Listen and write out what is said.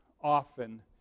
often